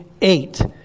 eight